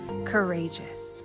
courageous